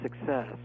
success